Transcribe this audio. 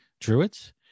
druids